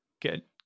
get